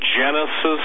Genesis